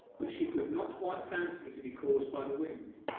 which she could not quite fancy to be caused by the wind.